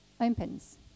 opens